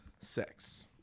sex